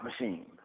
machine